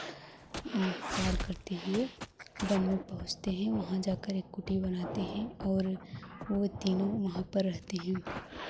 पार करती हुई वन में पहुँचते हैं वहाँ जाकर एक कुटिया बनाते हैं और वे तीनों वहाँ पर रहते हैं